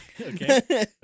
Okay